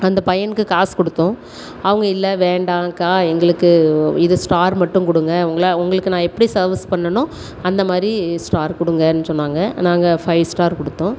அந்த பையனுக்கு காசு கொடுத்தோம் அவங்க இல்லை வேண்டாக்கா எங்களுக்கு இது ஸ்டார் மட்டும் கொடுங்க உங்களுக்கு நான் எப்படி சர்வீஸ் பண்ணிணன்னோ அந்தமாதிரி ஸ்டார் கொடுங்கன்னு சொன்னாங்க நாங்கள் ஃபைவ் ஸ்டார் கொடுத்தோம்